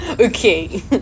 Okay